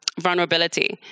vulnerability